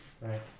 Right